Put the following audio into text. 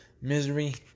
Misery